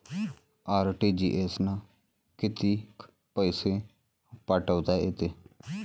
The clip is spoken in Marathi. आर.टी.जी.एस न कितीक पैसे पाठवता येते?